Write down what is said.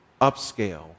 upscale